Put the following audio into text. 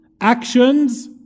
Actions